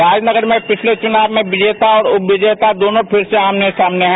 राजनगर में पिछले चुनाव के विजेता और उप विजेता दोनों फिर से आमने सामने हैं